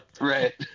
right